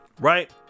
right